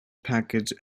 package